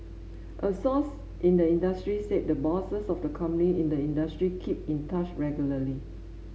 a source in the industry said the bosses of the company in the industry keep in touch regularly